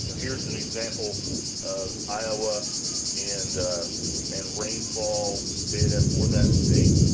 here's an example of iowa and and rainfall data for that state.